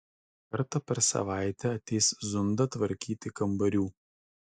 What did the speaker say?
kartą per savaitę ateis zunda tvarkyti kambarių